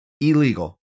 illegal